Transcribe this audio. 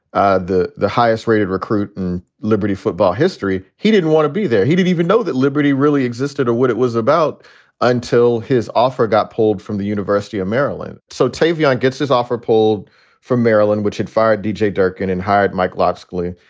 ah the the highest rated recruit and liberty football history, he didn't want to be there. he didn't even know that liberty really existed or what it was about until his offer got pulled from the university of maryland. so tavian gets his offer pulled from maryland, which had fired d j. durkin and hired mike locksley.